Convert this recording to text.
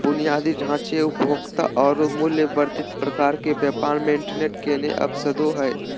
बुनियादी ढांचे, उपभोक्ता औरो मूल्य वर्धित प्रकार के व्यापार मे इंटरनेट केगों अवसरदो हइ